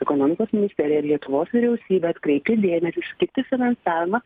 ekonomikos ministeriją ir lietuvos vyriausybę atkreipti dėmesį skirti finansavimą